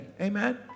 amen